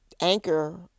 Anchor